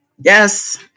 Yes